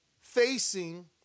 facing